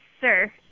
Sir